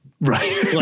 right